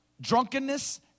drunkenness